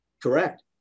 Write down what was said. Correct